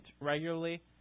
regularly